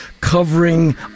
covering